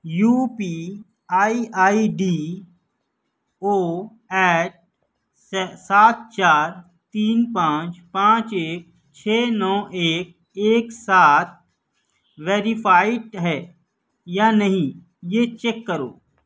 you P I I D O eight سات چار تین پانچ پانچ ایک چھ نو ایک ایک سات ویریفائڈ ہے یا نہیں یہ چیک کرو